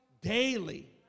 daily